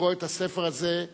לקרוא את הספר הזה.